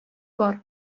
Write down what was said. бар